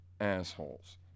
assholes